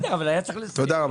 תודה.